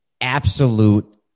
absolute